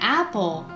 apple